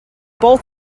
both